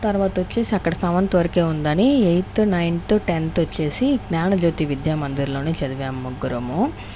తర్వాత వచ్చేసి అక్కడ సెవెంత్ వరకే ఉందని ఎయిత్ నైన్త్ టెంత్ వచ్చేసి జ్ఞాన జ్యోతి విద్యా మందిర్లోనే చదివాము ముగ్గురము